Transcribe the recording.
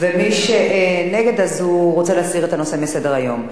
מי שנגד, הוא רוצה להסיר את הנושא מסדר-היום.